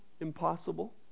impossible